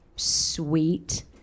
sweet